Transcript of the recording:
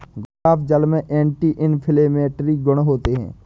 गुलाब जल में anti inflammatory गुण होते हैं